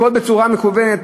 הכול בצורה מקוונת,